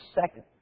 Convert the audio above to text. second